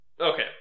Okay